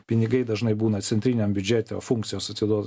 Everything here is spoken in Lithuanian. pinigai dažnai būna centriniam biudžete o funkcijos atiduotos